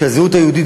כשהזהות היהודית,